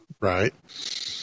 right